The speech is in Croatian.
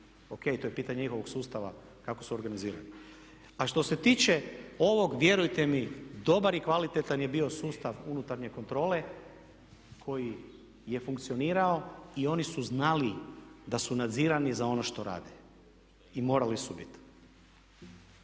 Ok, to je pitanje njihovog sustava kako su organizirani. A što se tiče ovog vjerujte mi, dobar i kvalitetan je bio sustav unutarnje kontrole koji je funkcionirao i oni su znali da su nadzirani za ono što rade i morali su bit.